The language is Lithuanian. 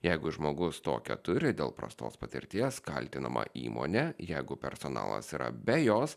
jeigu žmogus tokią turi dėl prastos patirties kaltinama įmonė jeigu personalas yra be jos